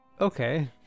okay